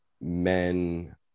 men